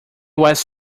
was